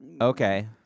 Okay